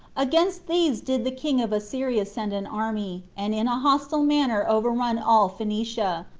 against these did the king of assyria send an army, and in a hostile manner overrun all phoenicia,